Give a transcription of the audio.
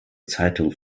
zeitung